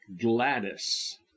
gladys